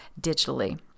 digitally